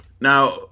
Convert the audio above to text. Now